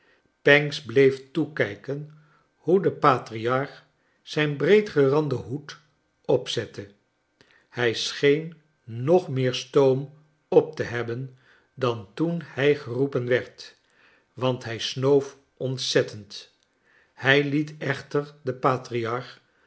pancks bleef toekijken hoe de patriarch zijn breedgeranden hoed opzette hij scheen nog meer stoom op te liebben dan toen hij geroepen werd want hij snoof ontzettend hij liet echter den patriarch